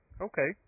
Okay